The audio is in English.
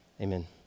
amen